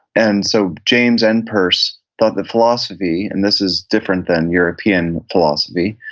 and so james and peirce thought that philosophy, and this is different than european philosophy,